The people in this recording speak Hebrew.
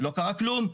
לא קרה כלום,